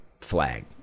flag